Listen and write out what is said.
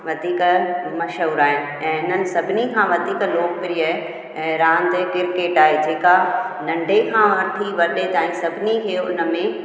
वधीक मशहूरु आहिनि ऐं हिननि सभिनीनि खां वधीक लोकप्रिय ऐं रांधि क्रिकेट आहे जेका नंढे खां वठी वॾे ताईं सभिनी खे उन में